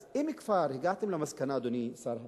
אז אם כבר הגעתם למסקנה, אדוני שר הפנים,